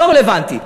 לא רלוונטי.